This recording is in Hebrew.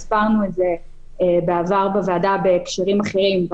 כמו שהסברנו בעבר בוועדה בהקשרים אחרים,